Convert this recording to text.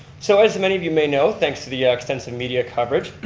so as many of you may know, thanks to the extensive media coverage,